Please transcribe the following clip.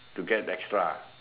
to get extra